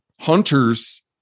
hunters